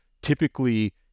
Typically